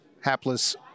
hapless